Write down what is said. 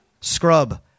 Scrub